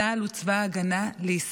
צה"ל הוא צבא ההגנה לישראל,